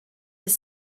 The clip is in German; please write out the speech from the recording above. bis